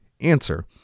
answer